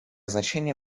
значение